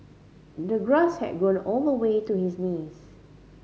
the grass had grown all the way to his knees